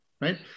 right